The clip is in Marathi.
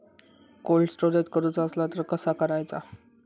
कोल्ड स्टोरेज करूचा असला तर कसा करायचा?